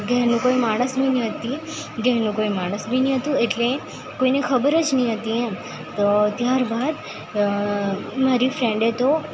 ઘરે કોઈ માણસ બી નહીં હતાં ઘરનું કોઈ માણસ બી નહીં હતું એટલે કોઈને ખબર જ નહીં હતી એમ તો ત્યારબાદ મારી ફ્રેન્ડે તો